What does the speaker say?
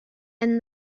and